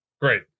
Great